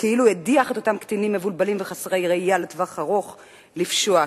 וכאילו הדיח את אותם קטינים מבולבלים וחסרי ראייה לטווח הארוך לפשוע,